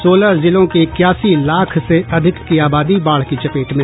सोलह जिलों की इक्यासी लाख से अधिक की आबादी बाढ़ की चपेट में